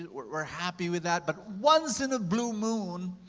we're happy with that. but once in a blue moon,